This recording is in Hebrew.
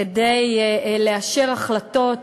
כדי לאשר החלטות